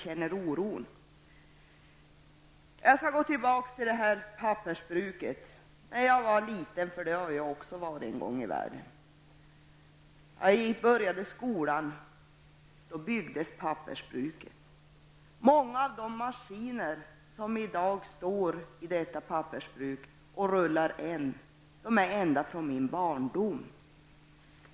Det är alltså därför som vi känner oro. Så något om pappersbruket i fråga. När jag var liten -- också jag har varit liten -- och började i skolan byggdes pappersbruket. Många av de maskiner som i dag finns i detta pappersbruk och som fortfarande så att säga rullar på har alltså funnits där ända sedan min barndom.